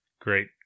great